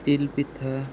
তিলপিঠা